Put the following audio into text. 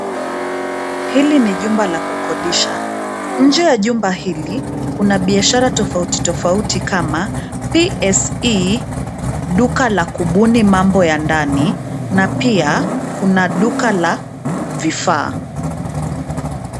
Hili ni jumba la kukodisha. Nje ya jumba hili kuna biashara tofauti tofauti kama PSE, duka la kubuni mambo ya ndani na pia kuna duka la vifaa.